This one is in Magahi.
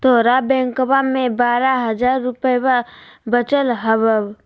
तोहर बैंकवा मे बारह हज़ार रूपयवा वचल हवब